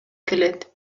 келет